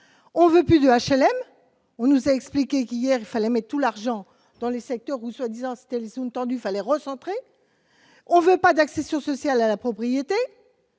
C, on veut plus de HLM, on nous a expliqué hier, il fallait mais tout l'argent dans les secteurs où soi-disant dans les zones tendues fallait recentrer, on veut pas d'accession sociale à la propriété